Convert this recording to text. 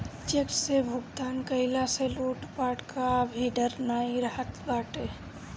check से भुगतान कईला से लूटपाट कअ भी डर नाइ रहत बाटे